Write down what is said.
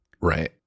right